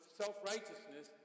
self-righteousness